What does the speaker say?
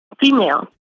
female